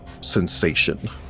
sensation